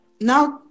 now